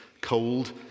cold